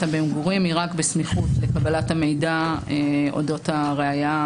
המגורים היא רק בסמיכות לקבלת המידע אודות הראיה,